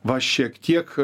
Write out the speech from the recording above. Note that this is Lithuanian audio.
va šiek tiek